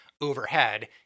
overhead